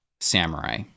samurai